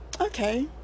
okay